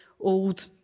old